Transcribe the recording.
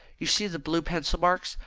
you see the blue pencil marks.